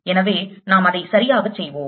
எனவே நாம் அதை சரியாக செய்வோம்